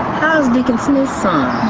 how's deacon smith's son.